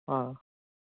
ആ